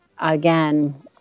again